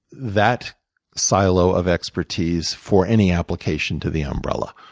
that silo of expertise for any application to the umbrella.